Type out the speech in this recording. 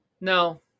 no